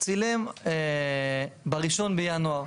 צילם בראשון בינואר,